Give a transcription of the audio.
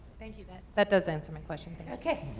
thank you, that that does answer my question.